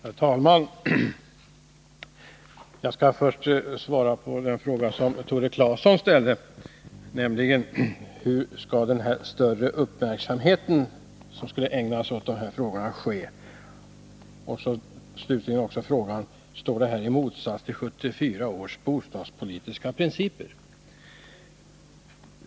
Herr talman! Jag skall först svara på den fråga som Tore Claeson ställde, nämligen på vilket sätt man skulle ägna större uppmärksamhet åt dessa frågor. Han frågade också: Står detta i motsats till 1974 års bostadspolitiska principer?